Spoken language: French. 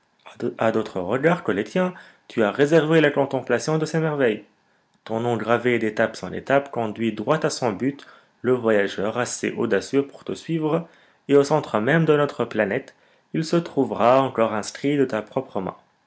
a d'autres regards que les tiens tu as réservé la contemplation de ces merveilles ton nom gravé d'étapes en étapes conduit droit à son but le voyageur assez audacieux pour te suivre et au centre même de notre planète il se trouvera encore inscrit de ta propre main